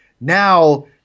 Now